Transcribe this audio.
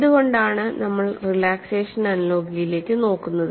എന്തുകൊണ്ടാണ് നമ്മൾ റിലാക്സേഷൻ അനലോഗിയിലേക്ക് നോക്കുന്നത്